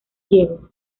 ciego